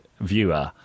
viewer